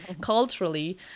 culturally